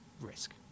risk